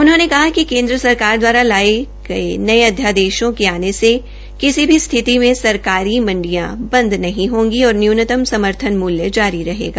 उन्होंने कहा कि केंद्र सरकार द्वारा लाए गए नए अध्यादेशों के आने से किसी भी स्थिति में सरकारी मंडियां बंद नहीं होंगी और न्यूनतम समर्थन मूल्य जारी रहेगा